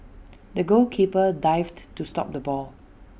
the goalkeeper dived to stop the ball